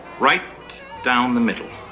right down the middle.